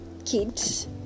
Kids